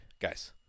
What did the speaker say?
Guys